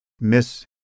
miss